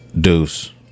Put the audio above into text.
Deuce